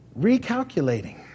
recalculating